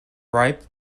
ripe